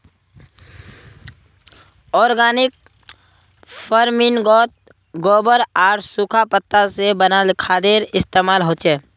organic फर्मिन्गोत गोबर आर सुखा पत्ता से बनाल खादेर इस्तेमाल होचे